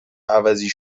عوضی